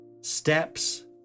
Steps